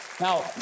Now